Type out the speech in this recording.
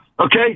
Okay